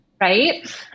Right